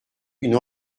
une